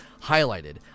highlighted